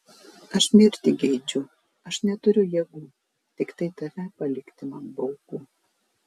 aš mirti geidžiu aš neturiu jėgų tiktai tave palikti man baugu